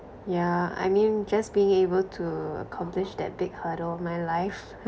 yeah I mean just being able to accomplish that big hurdle of my life